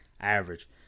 average